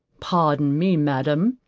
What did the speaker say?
pardon me, madam,